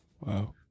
Wow